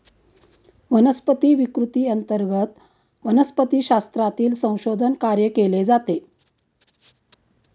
वनस्पती विकृती अंतर्गत वनस्पतिशास्त्रातील संशोधन कार्य केले जाते